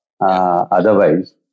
otherwise